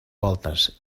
voltes